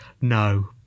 no